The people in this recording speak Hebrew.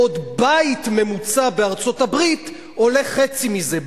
בעוד בית ממוצע בארצות-הברית עולה חצי מזה,